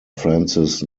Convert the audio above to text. francis